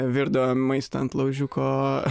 virdavom maistą ant laužiuko